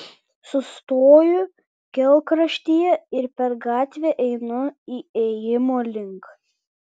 sustoju kelkraštyje ir per gatvę einu įėjimo link